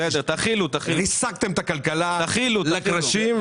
ריסקתם את הכלכלה לקרשים.